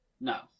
No